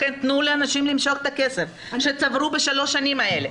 לכן תנו לאנשים למשוך את הכסף שצברו בשלוש השנים האלה.